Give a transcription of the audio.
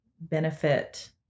benefit